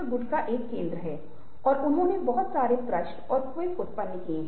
जब आपको एहसास हो कि आप बस घूमते ही एक दूसरे को देख सकते हैं